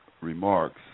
remarks